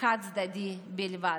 חד-צדדי בלבד.